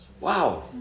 Wow